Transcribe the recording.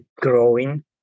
growing